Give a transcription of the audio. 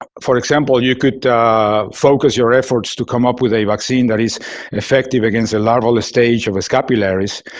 ah for example, you could focus your efforts to come up with a vaccine that is effective against the larval stage of scapularis.